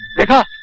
but